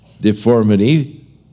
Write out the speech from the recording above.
Deformity